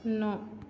नौ